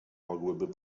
mogłyby